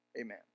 amen